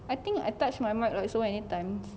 I think I touched my mic like so many time